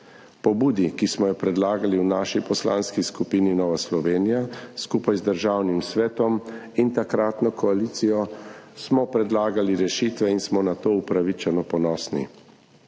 pobudi, ki smo jo predlagali v Poslanski skupini Nova Slovenija skupaj z Državnim svetom in takratno koalicijo, smo predlagali rešitve in smo na to upravičeno ponosni.